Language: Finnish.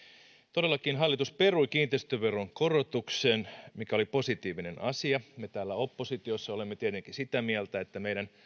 todellakin hallitus perui kiinteistöveron korotuksen mikä oli positiivinen asia me täällä oppositiossa olemme tietenkin sitä mieltä että meidän